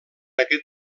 aquest